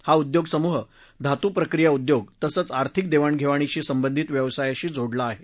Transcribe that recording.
हा उद्योग समुह धातू प्रक्रिया उद्योग तसंच आर्थिक देवाणघेवाणीशी संबंधित व्यक्सायांशी जोडलेला आहे